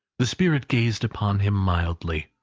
the spirit gazed upon him mildly.